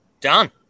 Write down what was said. done